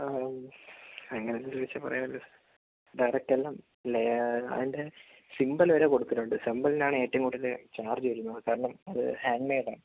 എങ്ങനെലും തിരിച്ചു പറയാല്ലോ ഡയറക്റ്റ് എല്ലാം ലയ അതിൻ്റെ സിംബൽ വരെ കൊടുത്തിട്ടുണ്ട് സിംബലിനാണ് ഏറ്റവുംകൂടുതൽ ചാർജ് വരുന്നത് കാരണം അത് ഹാൻഡ് മൈടാ